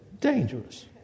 dangerous